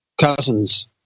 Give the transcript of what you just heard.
Cousins